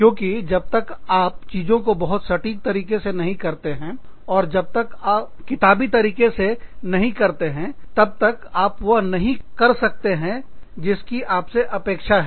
क्योंकि जब तक आप चीजों को बहुत सटीक तरीके से नहीं करते हैं और जब तक किताबी तरीके से नहीं करते हैं तब तक आप वह नहीं कर सकते जिसकी आपसे अपेक्षा है